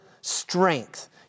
strength